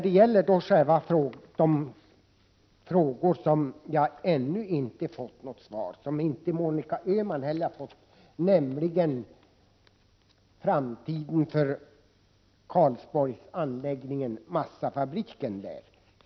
De frågor som varken Monica Öhman eller jag ännu fått något svar på gäller framtiden för Karlsborgsanläggningen och massafabriken där.